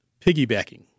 piggybacking